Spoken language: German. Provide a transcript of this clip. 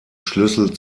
schlüssel